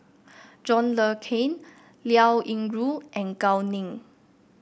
John Le Cain Liao Yingru and Gao Ning